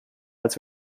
als